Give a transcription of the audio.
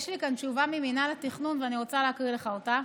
יש לי כאן תשובה ממינהל התכנון ואני רוצה להקריא לך אותה,